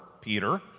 Peter